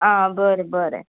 आ बरें बरें